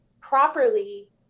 properly